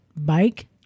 bike